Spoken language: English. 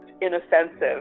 inoffensive